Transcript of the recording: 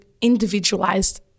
individualized